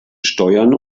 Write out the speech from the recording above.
steuern